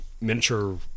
miniature